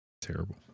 Terrible